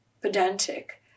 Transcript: pedantic